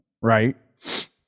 right